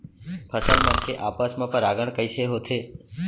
फसल मन के आपस मा परागण कइसे होथे?